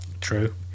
True